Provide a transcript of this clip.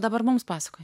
dabar mums pasakoji